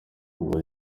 ngo